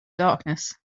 darkness